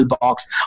box